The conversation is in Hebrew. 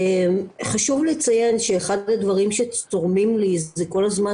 חשוב לציין שאחד הדברים שצורמים לי זה כל הזמן